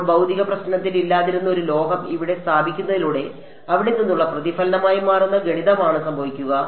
അപ്പോൾ ഭൌതിക പ്രശ്നത്തിൽ ഇല്ലാതിരുന്ന ഒരു ലോഹം ഇവിടെ സ്ഥാപിക്കുന്നതിലൂടെ അവിടെ നിന്നുള്ള പ്രതിഫലനമായി മാറുന്ന ഗണിതമാണ് സംഭവിക്കുക